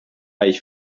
ich